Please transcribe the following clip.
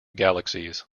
galaxies